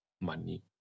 money